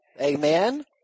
Amen